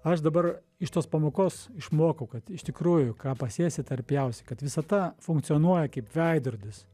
aš dabar iš tos pamokos išmokau kad iš tikrųjų ką pasėsi tą ir pjausi kad visata funkcionuoja kaip veidrodis